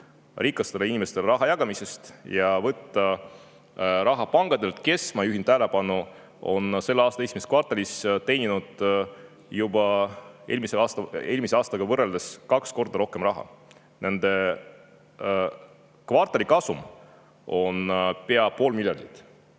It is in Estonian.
rikastele inimestele raha jagamisest ja võtta raha pankadelt, kes, ma juhin tähelepanu, on juba selle aasta esimeses kvartalis teeninud eelmise aastaga võrreldes kaks korda rohkem raha. Nende kvartalikasum on pea pool miljardit.